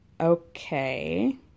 Okay